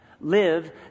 Live